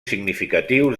significatius